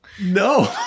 No